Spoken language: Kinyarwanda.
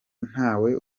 ntawe